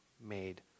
made